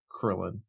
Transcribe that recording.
Krillin